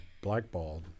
blackballed